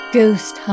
Ghost